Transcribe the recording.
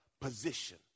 position